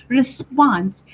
response